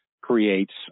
creates